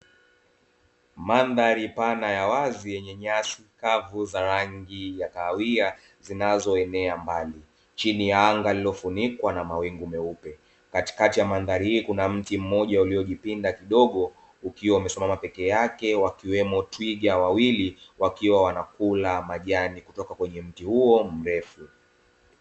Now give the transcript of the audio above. Madhari pana ya wazi yenye nyasi kavu za rangi ya kahawia zinazoenea mbali chini ya anga lililofunikwa na mawingu meupe, katikati ya mandhari hii kuna mti mmoja uliojipinda kidogo ukiwa umesimama peke yake; wakiwemo twiga wawili wakiwa wanakula majani kutoka kwenye mti huo mrefu.